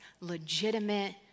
legitimate